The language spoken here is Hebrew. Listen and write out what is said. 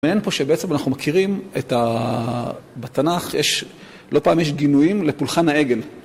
מעניין פה שבעצם אנחנו מכירים, בתנ״ך יש לא פעם יש גינויים לפולחן האגן.